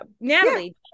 Natalie